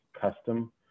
custom